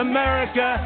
America